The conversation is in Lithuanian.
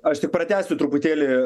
aš tik pratęsiu truputėlį